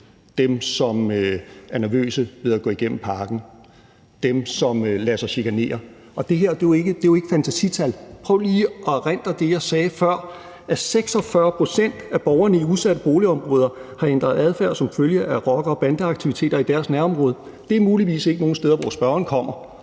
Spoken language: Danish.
dem, som er nervøse ved at gå igennem parken, dem, som lader sig chikanere. Det her er jo ikke fantasital. Prøv lige at erindre det, jeg sagde før: 46 pct. af borgerne i udsatte boligområder har ændret adfærd som følge af rocker- og bandeaktiviteter i deres nærområde. Det er muligvis ikke nogle steder, hvor spørgeren kommer,